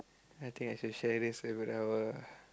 I think I should share this with our